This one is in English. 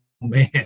man